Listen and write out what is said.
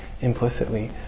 implicitly